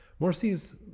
morsi's